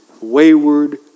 wayward